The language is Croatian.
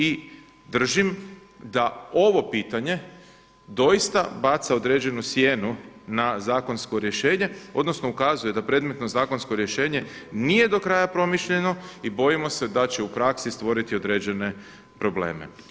I držim da ovo pitanje doista baca određenu sjenu na zakonsko rješenje odnosno ukazuje da predmetno zakonsko rješenje nije do kraja promišljeno i bojimo se da će u praksi stvoriti određene probleme.